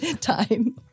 Time